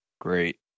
Great